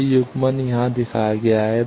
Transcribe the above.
यह युग्मन यहाँ दिखाया गया है